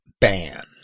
ban